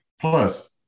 Plus